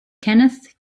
kenneth